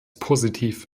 positiv